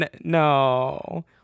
no